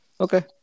Okay